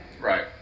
Right